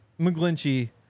McGlinchey